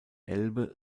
elbe